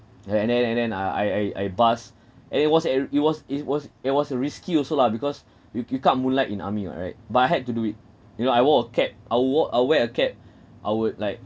ya and then and then uh I I I bust and it was and it was it was it was a risky also lah because you you can't moonlight in army [what] right but I had to do it you know I wore a cap I wore I wear a cap I would like